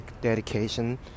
dedication